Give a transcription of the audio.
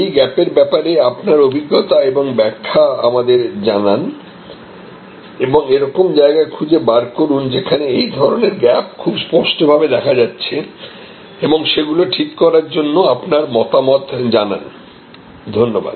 এই গ্যাপের ব্যাপারে আপনার অভিজ্ঞতা এবং ব্যাখ্যা আমাদের জানান এবং এরকম জায়গা খুঁজে বার করুন যেখানে এই ধরনের গ্যাপ খুব স্পষ্টভাবে দেখা যাচ্ছে এবং সেগুলো ঠিক করার জন্য আপনার মতামত জানান ধন্যবাদ